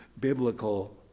biblical